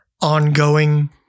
ongoing